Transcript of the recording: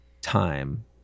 time